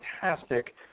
fantastic